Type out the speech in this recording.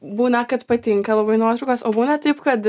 būna kad patinka labai nuotraukos o būna taip kad